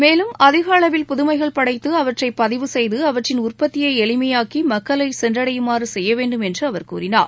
மேலும் அதிகளவில் புதுமைகள் படைத்து அவற்றை பதிவு செய்து அவற்றின் உற்பத்தியை எளிமையாக்கி மக்களை சென்றடையுமாறு செய்யவேண்டும் என்று அவர் கூறினார்